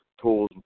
tools